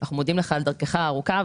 אנחנו מודים לך על דרכך הארוכה,